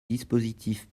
dispositif